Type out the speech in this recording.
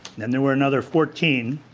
then there were another fourteen